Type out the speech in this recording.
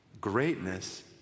Greatness